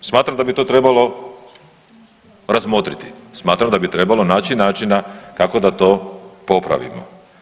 Smatram da bi to trebalo razmotriti, smatram da bi trebalo naći načina kako da to popravimo.